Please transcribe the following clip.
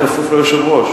אני כפוף ליושב-ראש.